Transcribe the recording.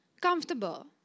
comfortable